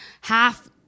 half